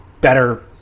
better